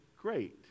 great